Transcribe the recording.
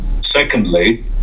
Secondly